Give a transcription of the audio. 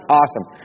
awesome